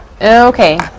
Okay